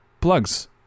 Plugs